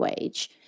wage